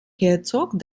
herzog